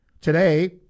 Today